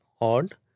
odd